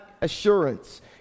assurance